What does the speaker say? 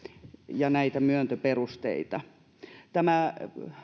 ja näitä myöntöperusteita tämä